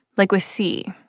like with c,